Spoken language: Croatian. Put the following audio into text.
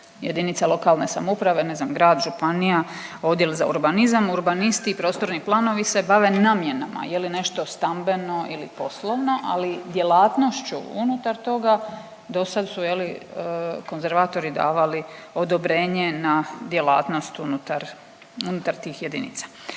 jedinica lokalne samouprave ne znam grad, županija, odjel za urbanizam? Urbanisti i prostorni planovi se bave namjenama je li nešto stambeno ili poslovno, ali djelatnošću unutar toga dosad su je li konzervatori davali odobrenje na djelatnost unutar, unutar tih jedinica.